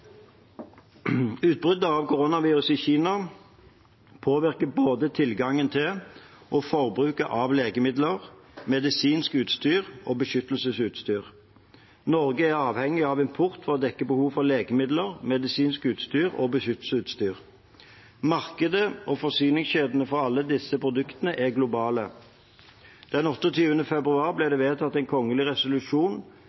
Utbruddet av koronaviruset i Kina påvirker både tilgangen til og forbruket av legemidler, medisinsk utstyr og beskyttelsesutstyr. Norge er avhengig av import for å dekke behovet for legemidler, medisinsk utstyr og beskyttelsesutstyr. Markedet og forsyningskjedene for alle disse produktene er globale. Den 28. februar ble